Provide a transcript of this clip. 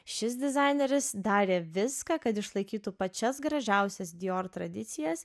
šis dizaineris darė viską kad išlaikytų pačias gražiausias dior tradicijas